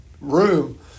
room